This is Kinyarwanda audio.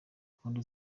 gahunda